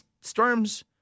Storms